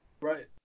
Right